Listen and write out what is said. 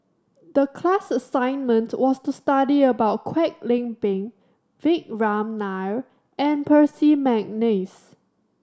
the class assignment was to study about Kwek Leng Beng Vikram Nair and Percy McNeice